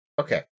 Okay